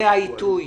זה העיתוי,